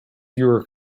your